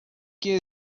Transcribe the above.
que